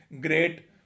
great